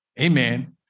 Amen